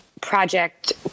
project